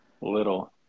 Little